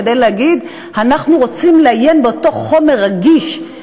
כדי להגיד: אנחנו רוצים לעיין באותו חומר רגיש,